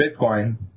Bitcoin